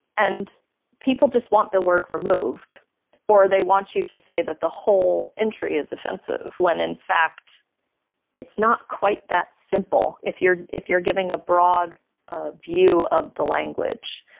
and people just want the word removed or they want you to say that the whole entry is offensive, when in fact it's not quite that simple, if you're if you're giving a broad ah view of the language.